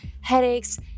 headaches